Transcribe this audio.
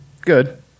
Good